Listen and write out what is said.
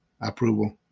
approval